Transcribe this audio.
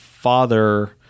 father